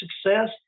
success